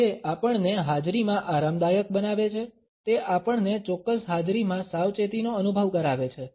તે આપણને હાજરીમાં આરામદાયક બનાવે છે તે આપણને ચોક્કસ હાજરીમાં સાવચેતીનો અનુભવ કરાવે છે